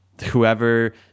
whoever